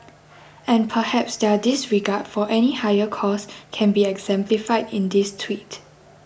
and perhaps their disregard for any higher cause can be exemplified in this tweet